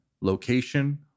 location